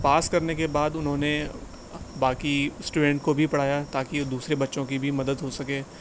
پاس کرنے کے بعد انہوں نے باقی اسٹوڈینٹ کو بھی پڑھایا تاکہ اور دوسرے بچوں کی بھی مدد ہو سکے